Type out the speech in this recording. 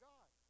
God